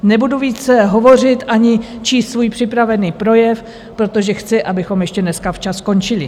Nebudu více hovořit ani číst svůj připravený projev, protože chci, abychom ještě dnes včas skončili.